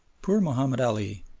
poor mahomed ali!